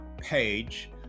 page